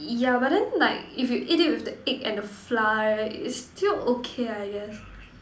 yeah but then like if you eat it with the egg and the flour it's still okay I guess